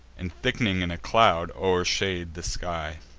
and, thick'ning in a cloud, o'ershade the sky.